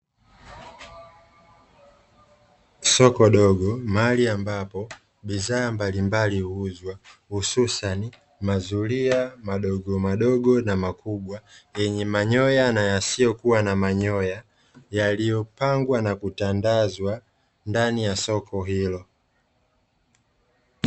Soko dogo mahali ambapo bidhaa mbalimbali huuzwa, hususani mazulia madogomadogo na makubwa yenye manyoya na yasiyokuwa na manyoya; yaliyopangwa na kutandazwa ndani ya soko hilo.